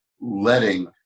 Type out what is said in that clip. letting